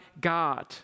God